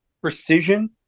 precision